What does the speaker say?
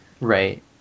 Right